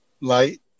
light